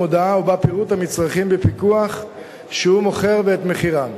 מודעה ובה פירוט המצרכים בפיקוח שהוא מוכר ואת מחירם.